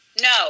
No